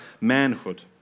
manhood